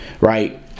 right